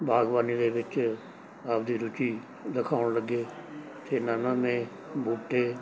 ਬਾਗਬਾਨੀ ਦੇ ਵਿੱਚ ਆਪਦੀ ਰੁਚੀ ਦਿਖਾਉਣ ਲੱਗੇ ਅਤੇ ਨਾਨਾ ਨੇ ਬੂਟੇ